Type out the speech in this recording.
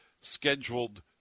scheduled